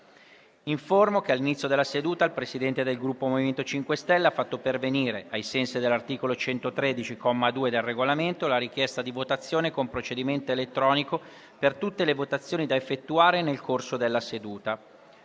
che all'inizio della seduta il Presidente del Gruppo MoVimento 5 Stelle ha fatto pervenire, ai sensi dell'articolo 113, comma 2, del Regolamento, la richiesta di votazione con procedimento elettronico per tutte le votazioni da effettuare nel corso della seduta.